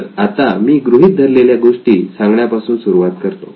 तर आता मी गृहीत धरलेल्या गोष्टी सांगण्या पासून सुरुवात करतो